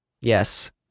yes